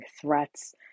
threats